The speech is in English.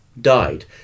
died